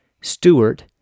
Stewart